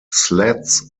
sleds